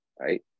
Right